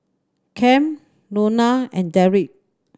Cam Lona and Derick